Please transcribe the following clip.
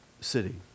city